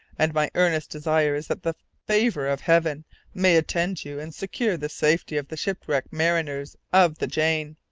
and my earnest desire is that the favour of heaven may attend you and secure the safety of the shipwrecked mariners of the jane.